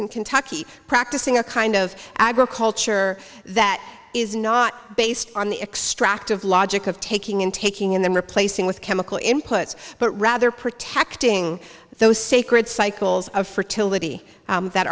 in kentucky practicing a kind of agriculture that is not based on the extractive logic of taking in taking and then replacing with chemical inputs but rather protecting those sacred cycles of fertility that